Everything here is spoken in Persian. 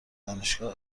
دانشگاه